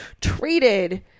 treated